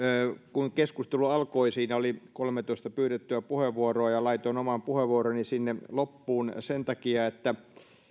kun keskustelu alkoi siinä oli kolmetoista pyydettyä puheenvuoroa ja laitoin oman puheenvuoroni sinne loppuun sen takia että